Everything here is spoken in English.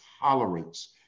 tolerance